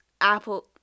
Apple